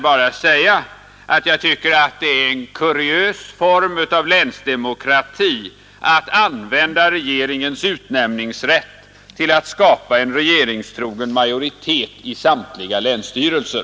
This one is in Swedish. Jag tycker det är en kuriös form av länsdemokrati att använda regeringens utnämningsrätt till att skapa en regeringstrogen majoritet i samtliga länsstyrelser.